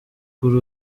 kuri